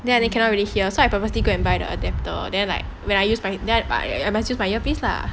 then you cannot really hear so I purposely go and buy the adapter then like when I use my I must use my earpiece lah